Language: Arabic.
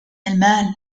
المال